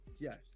yes